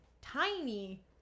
tiny